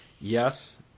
Yes